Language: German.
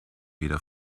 wieder